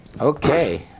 Okay